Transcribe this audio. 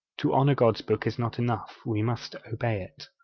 to honour god's book is not enough we must obey it.